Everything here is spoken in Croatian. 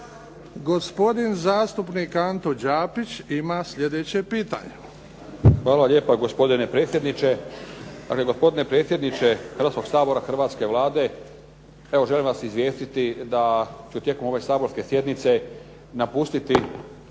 Gospodin zastupnik Anto Đapić ima sljedeće pitanje.